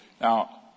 now